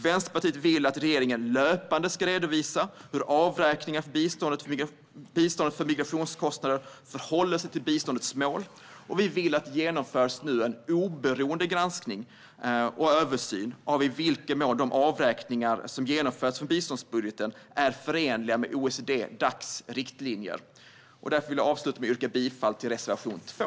Vänsterpartiet vill att regeringen löpande ska redovisa hur avräkningarna från biståndet för migrationskostnader förhåller sig till biståndets mål, och vi vill att det genomförs en oberoende översyn och granskning av i vilken mån de avräkningar från biståndsbudgeten som genomförts är förenliga med OECD-Dacs riktlinjer. Därför yrkar jag bifall till reservation 2.